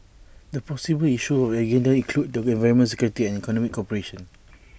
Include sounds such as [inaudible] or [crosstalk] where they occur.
[noise] the possible issues on the agenda include the environment security and economic cooperation